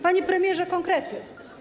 Panie premierze, konkrety.